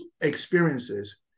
experiences